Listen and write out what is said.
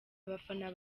abafana